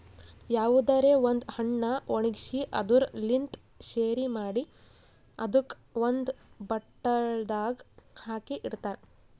ಯಾವುದರೆ ಒಂದ್ ಹಣ್ಣ ಒಣ್ಗಿಸಿ ಅದುರ್ ಲಿಂತ್ ಶೆರಿ ಮಾಡಿ ಅದುಕ್ ಒಂದ್ ಬಾಟಲ್ದಾಗ್ ಹಾಕಿ ಇಡ್ತಾರ್